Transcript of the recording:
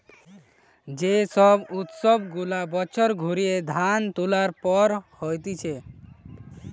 যে সব উৎসব গুলা বছর ঘুরিয়ে ধান তুলার পর হতিছে